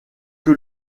que